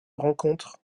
rencontre